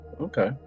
Okay